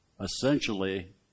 Essentially